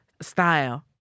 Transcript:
style